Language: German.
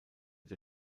der